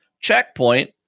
Checkpoint